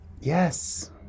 Yes